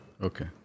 okay